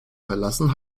verlassen